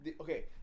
Okay